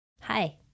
Hi